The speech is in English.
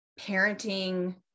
parenting